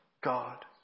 God